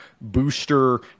booster